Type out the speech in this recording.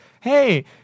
hey